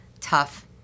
tough